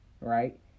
right